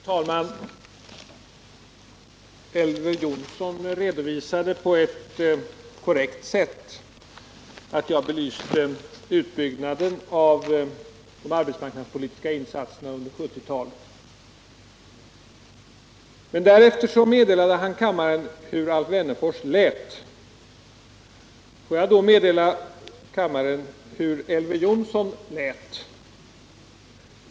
Herr talman! Elver Jonsson redovisade på ett korrekt sätt att jag belyste utbyggnaden av de arbetsmarknadspolitiska insatserna under 1970-talet. Men därefter meddelade han kammaren hur Alf Wennerfors lät. Låt mig då meddela kammaren hur Elver Jonsson lät.